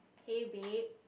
hey babe